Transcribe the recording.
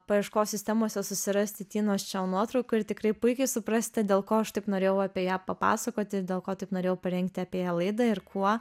paieškos sistemose susirasti tinos čiau nuotraukų ir tikrai puikiai suprasite dėl ko aš taip norėjau apie ją papasakoti dėl ko taip norėjau parengti apie ja laidą ir kuo